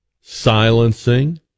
silencing